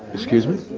excuse me